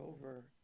over